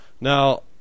Now